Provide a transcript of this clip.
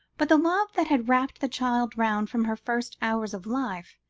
but the love that had wrapped the child round from her first hours of life,